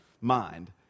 mind